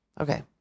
Okay